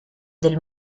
del